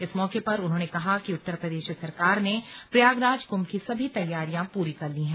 इस मौके पर उन्होंने कहा कि उत्तर प्रदेश सरकार ने प्रयागराज कुंभ की सभी तैयारियां पूरी कर ली हैं